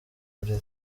buriri